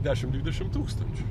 dešim dvidešim tūkstančių